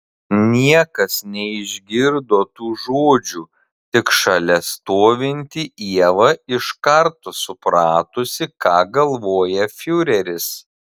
niekas neišgirdo tų žodžių tik šalia stovinti ieva iš karto supratusi ką galvoja fiureris